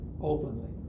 openly